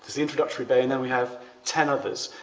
the introductory bay and then we have ten others.